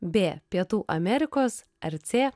b pietų amerikos ar c